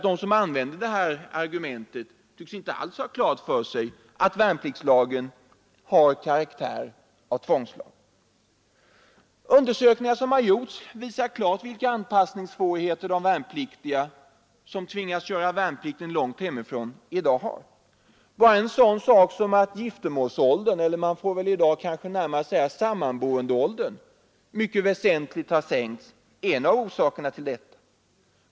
De som använder detta argument tycks inte alls ha klart för sig att värnpliktslagen har karaktär av tvångslag. Undersökningar som gjorts visar klart vilka anpassningssvårigheter värnpliktiga som tvingas göra värnplikten långt hemifrån i dag har. Bara en sådan sak som att giftermålsåldern — eller man får väl i dag kanske närmast säga sammanboendeåldern — mycket väsentligt har sänkts är en av orsakerna till detta.